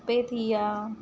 अप्पे थी विया